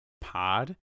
pod